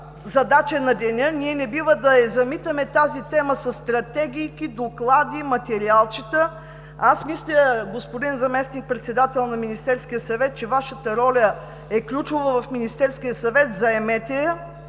Задача на деня! Ние не бива да замитаме тази тема със стратегийки, доклади, материалчета. Мисля, господин Заместник-председател на Министерския съвет, че Вашата роля е ключова в Министерския съвет. Заемете